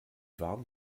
warm